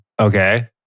Okay